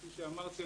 כפי שאמרתי,